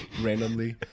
randomly